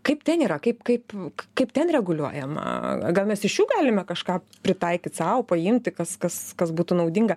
kaip ten yra kaip kaip kaip ten reguliuojama gal mes iš jų galime kažką pritaikyt sau paimti kas kas kas būtų naudinga